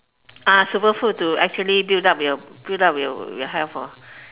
ah super food to actually build up your build up your your health hor